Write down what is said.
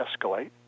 escalate